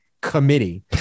committee